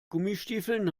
gummistiefeln